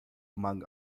among